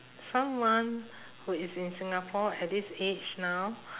someone who is in singapore at this age now